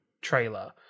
trailer